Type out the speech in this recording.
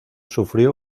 sufrió